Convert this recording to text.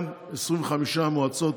גם 25 מועצות